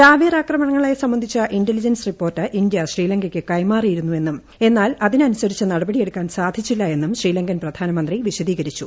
ചാവേർ ആക്രമണങ്ങളെ സംബന്ധിച്ച ഇന്റലിജൻസ് റിപ്പോർട്ട് ഇന്ത്യ ശ്രീലങ്കയ്ക്ക് കൈമാറിയിരുന്നതാണെന്നും എന്നാൽ അതിനനുസരിച്ച് നടപടിയെടുക്കാൻ സാധിച്ചില്ലെന്നും ശ്രീലങ്കൻ പ്രധാനമന്ത്രി വിശദീകരിച്ചു